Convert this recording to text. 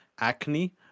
acne